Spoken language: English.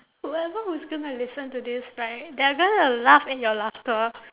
whoever who's gonna listen to this right they're gonna laugh in your laughter